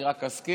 אני רק אזכיר,